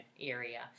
area